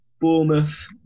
Bournemouth